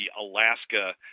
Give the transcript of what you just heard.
Alaska